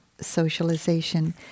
socialization